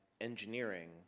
engineering